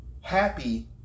happy